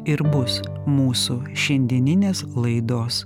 ir bus mūsų šiandieninės laidos